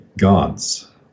gods